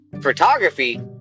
photography